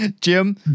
jim